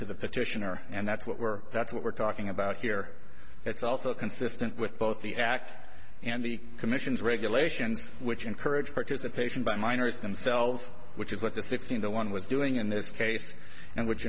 to the petitioner and that's what we're that's what we're talking about here it's also consistent with both the act and the commission's regulations which encourage participation by miners themselves which is what the sixteen the one was doing in this case and which